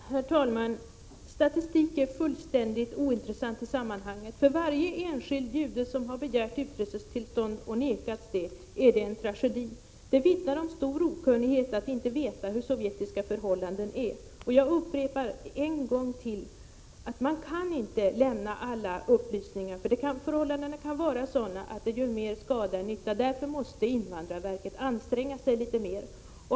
Herr talman! Statistik är fullständigt ointressant i sammanhanget, eftersom varje enskilt fall där en jude som har begärt utresetillstånd vägrats detta är en tragedi. Det vittnar om stor okunnighet om sovjetiska förhållanden. Jag upprepar än en gång att inte alla upplysningar kan lämnas. Förhållandena kan vara sådana att vissa upplysningar kan vara till större skada än nytta. Därför måste invandrarverket anstränga sig litet mer.